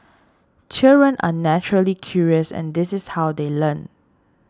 children are naturally curious and this is how they learn